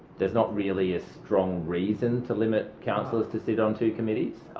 there's not really a strong reason to limit councillors to sit on two committees.